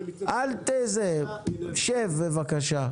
שב, בבקשה.